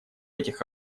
этих